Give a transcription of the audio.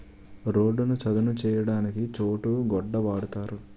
రోడ్డును చదును చేయడానికి చోటు గొడ్డ వాడుతారు